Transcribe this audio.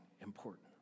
importance